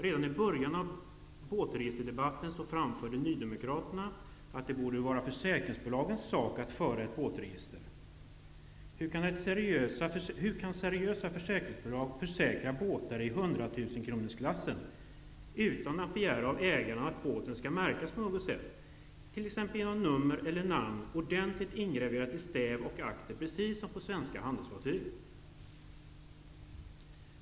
Redan i början av båtregisterdebatten framförde nydemokraterna att det borde vara försäkringsbolagens sak att föra ett båtregister. Hur kan seriösa försäkringsbolag försäkra båtar i hundratusenkronorsklassen utan att begära av ägarna att båten skall märkas på något sätt, t.ex. genom att nummer eller namn är ordentligt ingraverat i stäv och akter, precis som på svenska handelsfartyg?